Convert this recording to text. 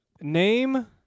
Name